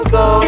go